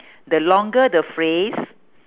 the longer the phrase